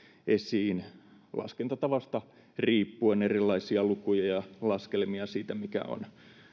esiin laskentatavasta riippuen erilaisia lukuja ja laskelmia siitä mikä on